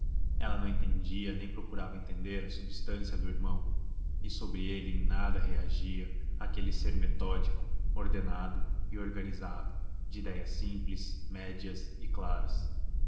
ela não entendia nem procurava entender a substância do irmão e sobre ele em nada reagia aquele ser metódico ordenado e organizado de idéias simples médias e claras